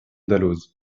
dalloz